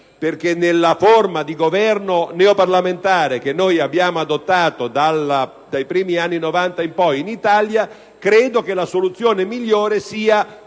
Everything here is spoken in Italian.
perché nella forma di Governo neoparlamentare che abbiamo adottato dai primi anni Novanta in poi in Italia credo che la soluzione migliore sia